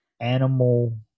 animal